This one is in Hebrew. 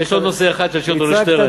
יש עוד נושא אחד שאני אשאיר אותו לשטרן.